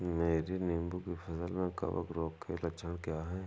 मेरी नींबू की फसल में कवक रोग के लक्षण क्या है?